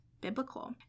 biblical